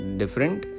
different